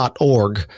.org